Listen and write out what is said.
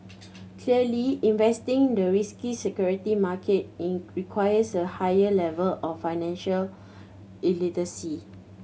clearly investing the risky security market in requires a higher level of financial literacy